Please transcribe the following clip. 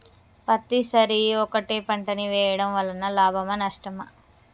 పత్తి సరి ఒకటే పంట ని వేయడం వలన లాభమా నష్టమా?